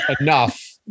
enough